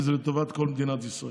כי זה לטובת כל מדינת ישראל.